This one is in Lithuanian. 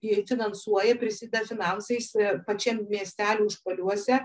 ir finansuoja prisideda finansais pačiam miestely užpaliuose